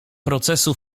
procesu